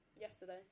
Yesterday